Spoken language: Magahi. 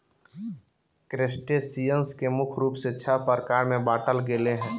क्रस्टेशियंस के मुख्य रूप से छः प्रकार में बांटल गेले हें